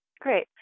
Great